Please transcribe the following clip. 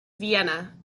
vienna